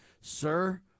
sir